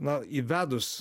na įvedus